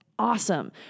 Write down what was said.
Awesome